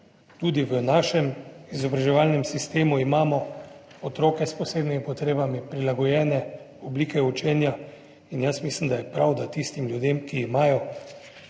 Tudi v našem izobraževalnem sistemu imamo otroke s posebnimi potrebami, prilagojene oblike učenja in jaz mislim, da je prav, da tistim ljudem, ki so